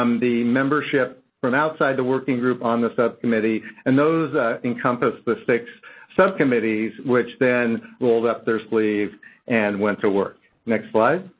um the membership from outside the working group on the subcommittee. and those encompass the six subcommittees, which then rolled up their sleeves and went to work. next slide.